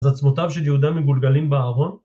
אז עצמותיו של יהודה מגולגלים בארון